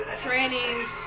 trannies